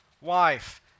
wife